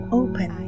open